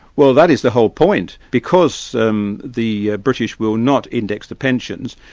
well that is the whole point. because um the british will not index the pensions,